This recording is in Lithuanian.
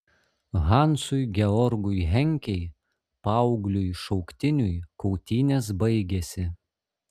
hansui georgui henkei paaugliui šauktiniui kautynės baigėsi